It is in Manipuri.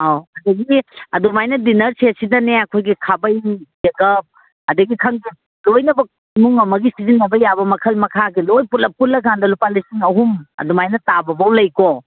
ꯑꯧ ꯑꯗꯒꯤꯗꯤ ꯑꯗꯨꯃꯥꯏꯅ ꯗꯤꯅꯔ ꯁꯦꯠꯁꯤꯗꯅꯦ ꯑꯩꯈꯣꯏꯒꯤ ꯈꯥꯕꯩ ꯆꯦꯒꯞ ꯑꯗꯒꯤ ꯈꯪꯗꯦ ꯂꯣꯏꯅꯃꯛ ꯏꯃꯨꯡ ꯑꯃꯒꯤ ꯁꯤꯖꯤꯟꯅ ꯌꯥꯕ ꯃꯈꯜ ꯃꯈꯥꯒꯤ ꯂꯣꯏ ꯄꯨꯂꯞ ꯄꯨꯜꯂꯀꯥꯟꯗ ꯂꯨꯄꯥ ꯂꯤꯁꯤꯡ ꯑꯍꯨꯝ ꯑꯗꯨꯃꯥꯏꯅ ꯇꯥꯕꯕꯣꯛ ꯂꯩꯀꯣ